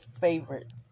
favorite